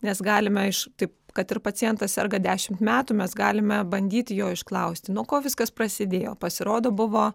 nes galime iš taip kad ir pacientas serga dešimt metų mes galime bandyti jo išklausti nuo ko viskas prasidėjo pasirodo buvo